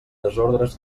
desordres